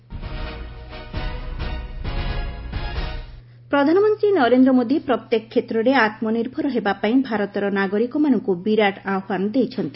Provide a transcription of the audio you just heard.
ମନ୍ କି ବାତ୍ ପ୍ରଧାନମନ୍ତ୍ରୀ ନରେନ୍ଦ୍ର ମୋଦି ପ୍ରତ୍ୟେକ କ୍ଷେତ୍ରରେ ଆତ୍ମନିର୍ଭର ହେବା ପାଇଁ ଭାରତର ନାଗରିକମାନଙ୍କୁ ବିରାଟ ଆହ୍ୱାନ କରିଛନ୍ତି